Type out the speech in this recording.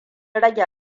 rage